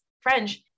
French